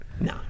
No